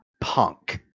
Punk